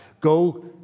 Go